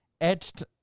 etched